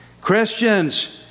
christians